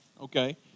okay